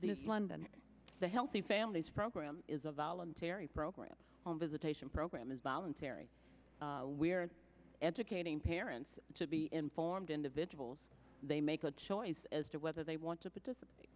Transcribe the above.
the the healthy families program is a voluntary program on visitation program is voluntary educating parents to be informed individuals they make a choice as to whether they want to participate